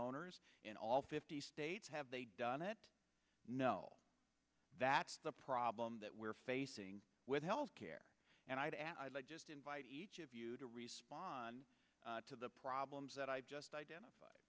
owners in all fifty states have they done it no that's the problem that we're facing with health care and i'd add i just invite each of you to respond to the problems that i've just identified